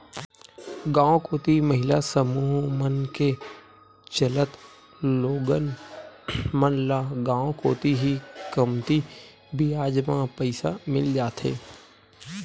गांव कोती महिला समूह मन के चलत लोगन मन ल गांव कोती ही कमती बियाज म पइसा मिल जाथे